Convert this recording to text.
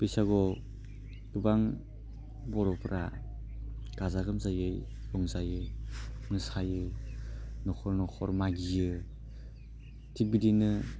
बैसागुआव गोबां बर'फोरा गाजा गोमजायै रंजायो मोसायो नखर नखर मागियो थिग बिदिनो